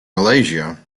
malaysia